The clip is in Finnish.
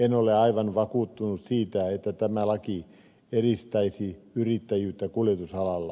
en ole aivan vakuuttunut siitä että tämä laki edistäisi yrittäjyyttä kuljetusalalla